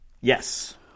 Yes